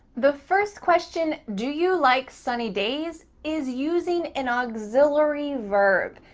the first question, do you like sunny days, is using an auxiliary verb.